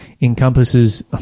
encompasses